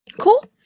Cool